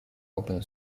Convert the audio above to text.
open